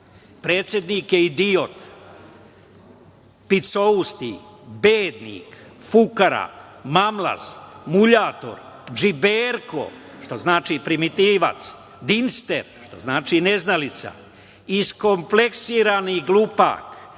predsednik je idiot, picousti, bednik, fukara, mamlaz, muljator, džiberko“, što znači primitivac, „dimster“ što znači neznalica, „iskompleksirani glupak,